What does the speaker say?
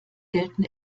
gelten